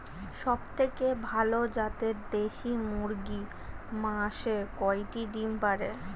সবথেকে ভালো জাতের দেশি মুরগি মাসে কয়টি ডিম পাড়ে?